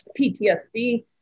PTSD